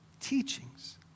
teachings